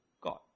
God